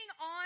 on